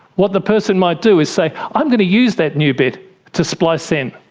what the person might do is say i'm going to use that new bit to splice in,